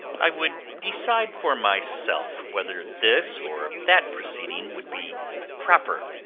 i would decide for myself whether this or that proceeding would be proper,